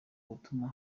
gutuma